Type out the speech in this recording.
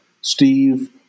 steve